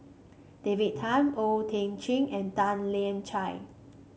David Tham O Thiam Chin and Tan Lian Chye